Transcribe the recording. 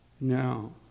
Now